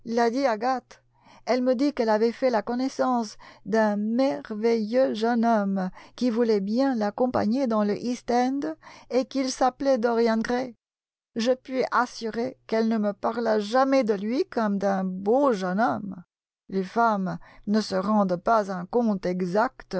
elle me dit qu'elle avait fait la connaissance d'un merveilleux jeune homme qui voulait bien l'accompagner dans l'east end et qu'il s'appelait dorian gray je puis assurer qu'elle ne me parla jamais de lui comme d'un beau jeune homme les femmes ne se rendent pas un compte exact